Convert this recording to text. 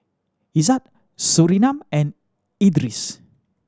Izzat Surinam and Idris